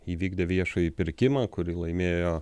įvykdę viešąjį pirkimą kurį laimėjo